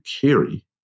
carry